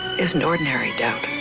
isn't ordinary doubt.